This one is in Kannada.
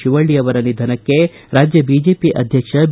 ಶಿವಳ್ಳಿ ಅವರ ನಿಧನಕ್ಕೆ ರಾಜ್ಯ ಬಿಜೆಪಿ ಅಧ್ವಕ್ಷ ಬಿ